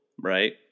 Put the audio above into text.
right